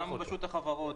גם רשות החברות,